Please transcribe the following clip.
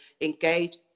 engage